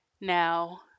Now